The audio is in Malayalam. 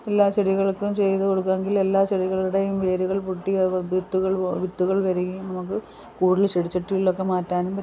എല്ലാ ചെടികൾക്കും ചെയ്ത് കൊടുക്കാങ്കിൽ എല്ലാ ചെടികളുടേം വേരുകൾ പൊട്ടി അവ വിത്തുകൾ വിത്തുകൾ വരികയും നമുക്ക് കൂടുതൽ ചെടിച്ചട്ടികളിലൊക്കെ മാറ്റാനും പറ്റും